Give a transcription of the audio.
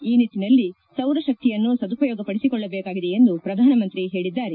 ಈ ನಿಟ್ಟನಲ್ಲಿ ಸೌರಶಕ್ತಿಯನ್ನು ಸದುಪಯೋಗಪಡಿಸಿಕೊಳ್ಳಬೇಕಾಗಿದೆ ಎಂದು ಪ್ರಧಾನಮಂತ್ರಿ ಹೇಳಿದ್ದಾರೆ